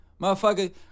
Motherfucker